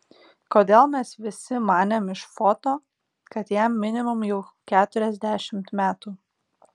kodėl mes visi manėm iš foto kad jam minimum jau keturiasdešimt metų